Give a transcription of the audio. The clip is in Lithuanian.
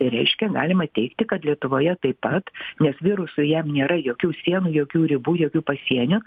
tai reiškia galima teigti kad lietuvoje taip pat nes virusui jam nėra jokių sienų jokių ribų jokių pasienių